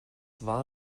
war